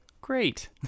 Great